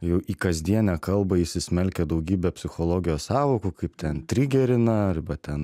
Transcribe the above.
jau į kasdienę kalbą įsismelkia daugybę psichologijos sąvokų kaip ten trigerina arba ten